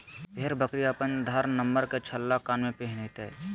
भेड़ बकरी अपन आधार नंबर के छल्ला कान में पिन्हतय